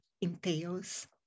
entails